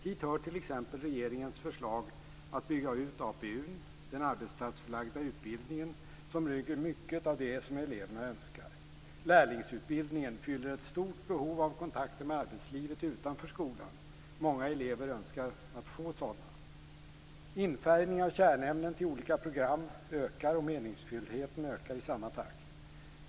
Hit hör t.ex. regeringens förslag att bygga ut apu, den arbetsplatsförlagda utbildningen, som rymmer mycket av det som eleverna önskar. Lärlingsutbildningen fyller ett stort behov av kontakter med arbetslivet utanför skolan. Många elever önskar få sådana. Infärgning av kärnämnen till olika program ökar, och meningsfullheten ökar i samma takt.